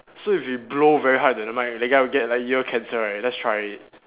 so if you blow very hard into the mic the guy will get like ear cancer right let's try it